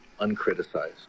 uncriticized